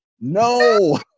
no